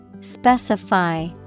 Specify